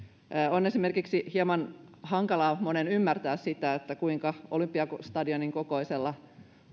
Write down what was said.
on esimerkiksi hieman hankalaa ymmärtää sitä kuinka olympiastadionin kokoisella